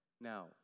Now